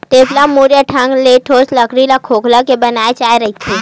टेपरा मुख्य ढंग ले ठोस लकड़ी ल खोखोल के बनाय जाय रहिथे